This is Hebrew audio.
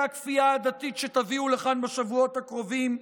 הכפייה הדתית שתביאו לכאן בשבועות הקרובים,